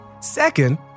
Second